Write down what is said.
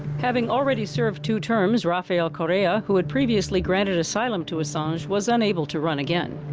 having already served two terms, rafael correa, who had previously granted asylum to assange, was unable to run again.